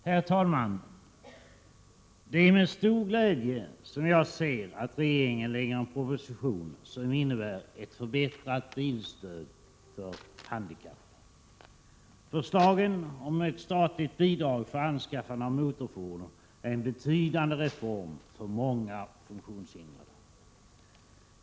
Herr talman! Det är med stor glädje som jag ser att regeringen lägger fram en proposition som innebär ett förbättrat bilstöd till handikappade. Förslan Prot. 1987/88:123 gen om ett statligt bidrag för anskaffande av motorfordon är en betydande reform för många funktionshindrade.